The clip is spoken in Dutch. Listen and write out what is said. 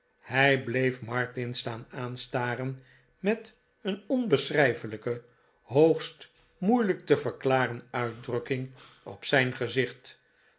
hij bleef martin staan aanstaren met een onbeschrijfelijke hoogst moeilijk te verklaren uitdrukking op zijn gezicht